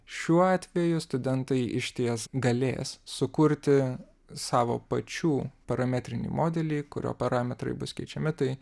šiuo atveju studentai išties galės sukurti savo pačių parametrinį modelį kurio parametrai bus keičiami tai